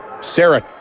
Sarah